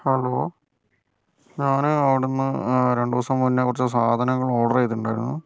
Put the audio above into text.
hello ഞാൻ അവിടെ നിന്ന് രണ്ടു ദിവസം മുൻപേ കുറച്ച് സാധനങ്ങൾ ഓഡർ ചെയ്തിട്ടുണ്ടായിരുന്നു